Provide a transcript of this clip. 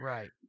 Right